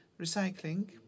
recycling